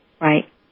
Right